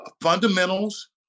fundamentals